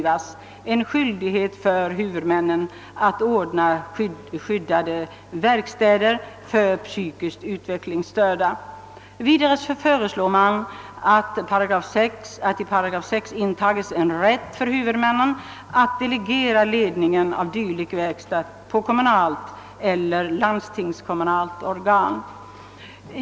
Vidare föreslås att i 6 § intages rätt för huvudmannen att delegera ledningen av dylik verkstad på kommunalt eller landstingskommunalt organ.